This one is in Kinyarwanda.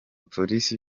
polisi